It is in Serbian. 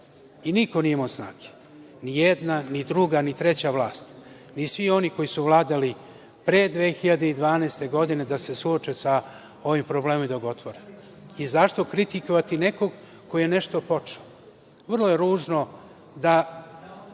Niko nije imao snage, ni jedna, ni druga, ni treća vlast, ni svi oni koji su vladali pre 2012. godine da se suoče sa ovim problemom i da ga otvore.Zašto kritikovati nekog ko je nešto počeo? Vrlo je ružno da